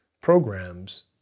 programs